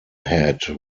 had